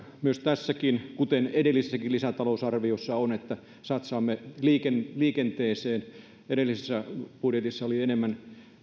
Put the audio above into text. myös tässä kuten edellisessäkin lisätalousarviossa on että satsaamme liikenteeseen liikenteeseen edellisessä budjetissa oli enemmän